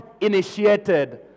initiated